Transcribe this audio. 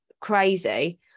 crazy